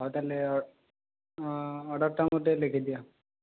ଆଉ ତାହେଲେ ଅର୍ଡର ଟା ମୋର ଟିକେ ଲେଖିଦିଅ